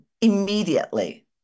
immediately